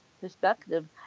perspective